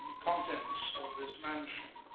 contents of this mansion